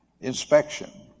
inspection